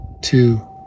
two